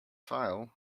file